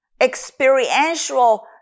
experiential